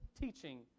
teaching